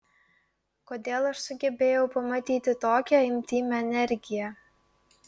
kodėl aš sugebėjau pamatyti tokią intymią energiją